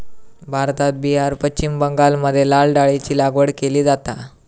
भारतात बिहार, पश्चिम बंगालमध्ये लाल डाळीची लागवड केली जाता